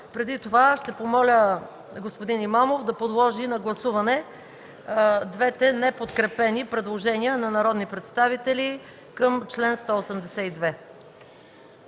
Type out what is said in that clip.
Преди това ще помоля господин Имамов да подложи на гласуване двете неподкрепени предложения на народни представители към чл. 182.